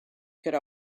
could